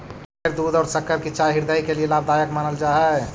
बगैर दूध और शक्कर की चाय हृदय के लिए लाभदायक मानल जा हई